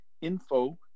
info